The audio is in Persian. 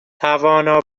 توانا